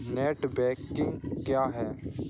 Net banking क्या है?